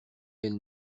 elle